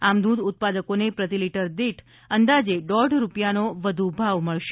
આમ દૂધ ઉત્પાદકોને પ્રતિ લિટર અંદાજે દોઢ રૂપિયાનો વધુ ભાવ મળશે